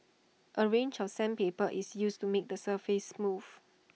A range of sandpaper is used to make the surface smooth